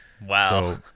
wow